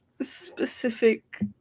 specific